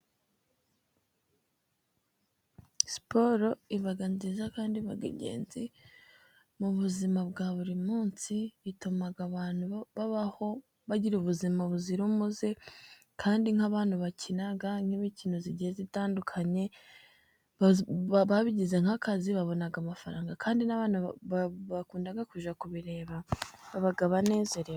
Siporo iba nziza, kandi iba ingenzi mu buzima bwa buri munsi, bituma abantu babaho, bagira ubuzima buzira umuze, kandi nk'abantu bakina nk'imikino igiye itandukanye, babigize nk'akazi babona amafaranga, kandi nabantu bakunda kujya kubireba baba banezerewe.